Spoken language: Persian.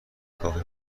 کافی